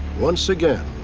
once again,